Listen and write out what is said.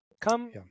Come